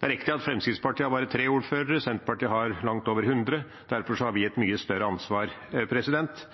Det er riktig at Fremskrittspartiet har bare tre ordførere. Senterpartiet har langt over 100, og derfor har vi et mye større ansvar.